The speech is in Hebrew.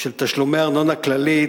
של תשלומי ארנונה כללית